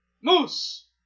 Moose